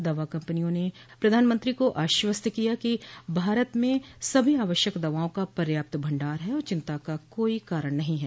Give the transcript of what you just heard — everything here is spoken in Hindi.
दवा कंपनियों ने प्रधानमंत्री को आश्ववस्त किया कि भारत में सभी आवश्यक दवाओं का पर्याप्त भंडार है और चिन्ता का कोई कारण नहीं है